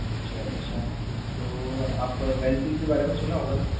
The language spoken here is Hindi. अच्छा ऐसा तो आप व्हैर्लपूल के बारे में सुना होगा ना